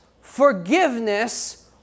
forgiveness